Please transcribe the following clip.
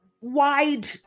wide